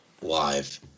live